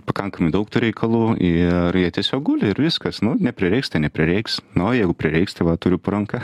pakankamai daug tų reikalų ir jie tiesiog guli ir viskas nu neprireiks tai neprireiks nu o jeigu prireiks tai va turiu po ranka